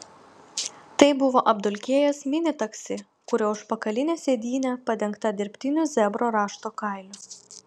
tai buvo apdulkėjęs mini taksi kurio užpakalinė sėdynė padengta dirbtiniu zebro rašto kailiu